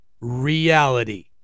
reality